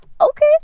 okay